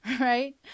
right